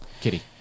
kitty